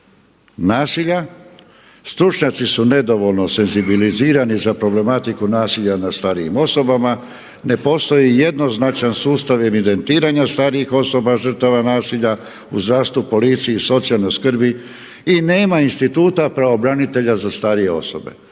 nasilja, stručnjaci su nedovoljno senzibilizirani za problematiku nasilja nad starijim osobama. Ne postoji jednoznačan sustav evidentiranja starijih osoba žrtava nasilja u zdravstvu, policiji, socijalnoj skrbi i nema instituta pravobranitelja za starije osobe.